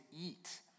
eat